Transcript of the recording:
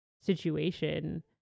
situation